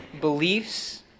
beliefs